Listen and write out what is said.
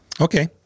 Okay